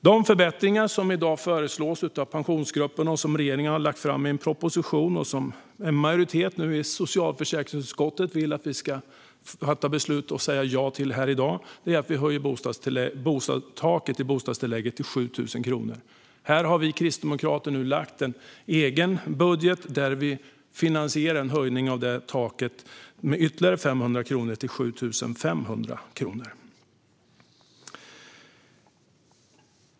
De förbättringar som i dag föreslås av pensionsgruppen, och som regeringen har lagt fram i en proposition och som en majoritet i socialförsäkringsutskottet vill att vi ska säga ja till när vi fattar beslut här i dag, är att vi höjer taket i bostadstillägget till 7 000 kronor. Vi kristdemokrater har i vår budget finansierat en höjning av detta tak med ytterligare 500 kronor till 7 500 kronor.